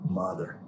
mother